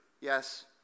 Yes